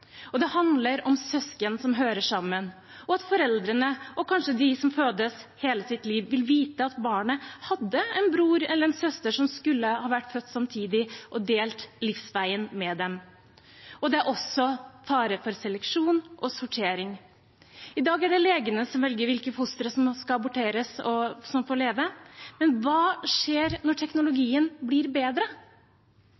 inngrepet. Dette handler også om søsken som hører sammen, og om at foreldrene og kanskje de som fødes, hele sitt liv vil vite at barnet hadde en bror eller en søster som skulle ha vært født samtidig og skulle ha delt livsveien med dem. Det er også en fare for seleksjon og sortering. I dag er det legene som velger hvilke fostre som skal aborteres, og hvilke som får leve. Men hva skjer når